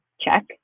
check